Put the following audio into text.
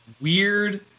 Weird